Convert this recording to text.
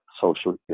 social